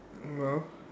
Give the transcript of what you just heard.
no